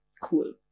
cool